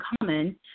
common